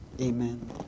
Amen